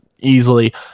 easily